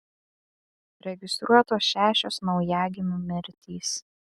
registruotos šešios naujagimių mirtys